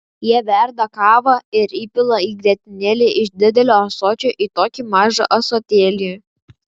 jie verda kavą ir įpila grietinėlę iš didelio ąsočio į tokį mažą ąsotėlį